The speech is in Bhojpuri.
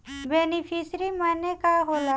बेनिफिसरी मने का होला?